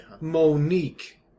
Monique